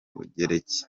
bugereki